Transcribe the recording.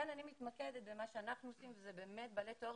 אני מתמקדת במה שאנחנו עושים וזה בעלי תואר